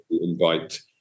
invite